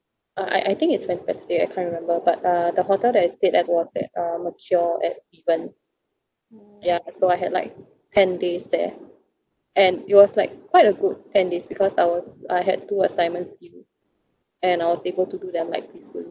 uh I I think it's pan pacific I can't remember but uh the hotel that I stayed at was at uh mercure at stevens ya so I had like ten days there and it was like quite a good ten days because I was I had two assignments due and I was able to do that like peacefully